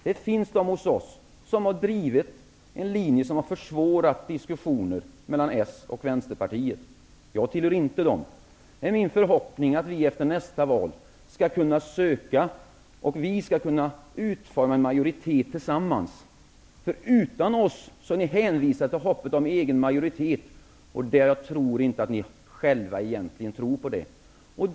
Det finns människor hos oss som har drivit en linje, som har försvårat diskussionerna mellan Socialdemokraterna och Vänsterpartiet. Jag tillhör inte dem. Min förhoppning är att vi efter nästa val skall kunna tillsammans utforma en majoritet. Utan oss är ni hänvisade till hoppet om egen majoritet, vilket ni själva knappast torde räkna med.